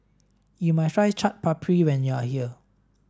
you must try Chaat Papri when you are here